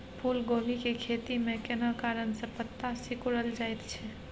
फूलकोबी के खेती में केना कारण से पत्ता सिकुरल जाईत छै?